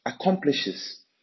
accomplishes